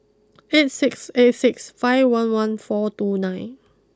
eight six eight six five one one four two nine